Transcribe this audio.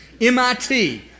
MIT